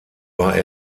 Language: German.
war